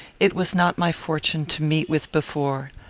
it was not my fortune to meet with before.